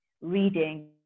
reading